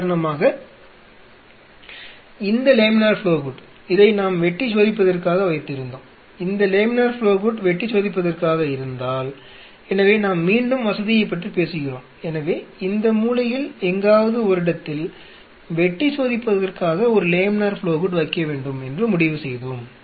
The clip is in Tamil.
உதாரணமாக இந்த லேமினார் ஃப்ளோ ஹூட் இதை நாம் வெட்டிச்சோதிப்பதற்காக வைத்திருந்தோம் இந்த லேமினார் ஃப்ளோ ஹூட் வெட்டிச்சோதிப்பதற்காக இருந்தால் எனவே நாம் மீண்டும் வசதியைப் பற்றி பேசுகிறோம் எனவே இந்த மூலையில் எங்காவது ஓரிடத்தில் வெட்டிச்சோதிப்பதற்காக ஒரு லேமினார் ஃப்ளோ ஹூட் வைக்க வேண்டும் என்று முடிவு செய்தோம்